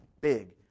big